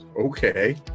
Okay